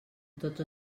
tots